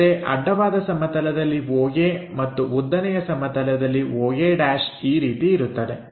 ಅಂದರೆ ಅಡ್ಡವಾದ ಸಮತಲದಲ್ಲಿ Oa ಮತ್ತು ಉದ್ದನೆಯ ಸಮತಲದಲ್ಲಿ Oa' ಈ ರೀತಿ ಇರುತ್ತದೆ